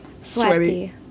Sweaty